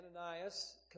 Ananias